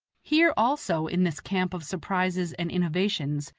here also, in this camp of surprises and innovations,